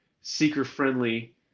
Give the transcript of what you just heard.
seeker-friendly